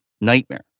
Nightmare